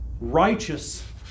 righteous